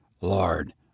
Lord